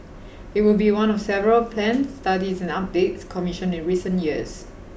it would be one of several plans studies and updates commissioned in recent years